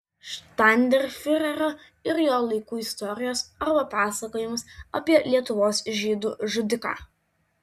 štandartenfiurerio ir jo laikų istorijos arba pasakojimas apie lietuvos žydų žudiką